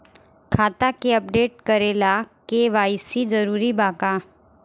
खाता के अपडेट करे ला के.वाइ.सी जरूरी बा का?